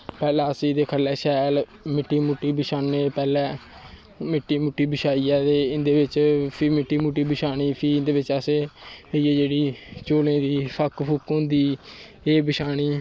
पैह्लें अस एह्दे थल्लै शैल मिट्टी मुट्टी बछान्नें एह्दै मिट्टी मुट्टी बछाइयै फिर अस मिट्टी मुट्टी बछानी फ्ही इं'दे बिच्च अस इ'यै चौलें दी फक्क फुक्क होंदी एह् बछानी